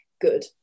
good